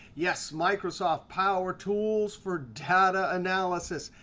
yes, microsoft power tools for data analysis.